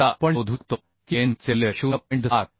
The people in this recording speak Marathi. तर आता आपण शोधू शकतो की Anb चे मूल्य 0